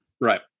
right